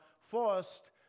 first